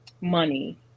money